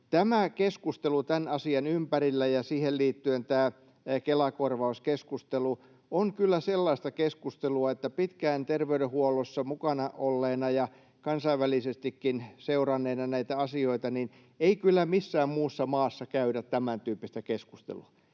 Tämä keskustelu tämän asian ympärillä ja siihen liittyen tämä Kela-korvauskeskustelu on kyllä sellaista keskustelua, että pitkään terveydenhuollossa mukana olleena ja kansainvälisestikin näitä asioita seuranneena: ei kyllä missään muussa maassa käydä tämäntyyppistä keskustelua.